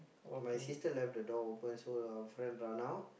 my sister left the door open so our friend run out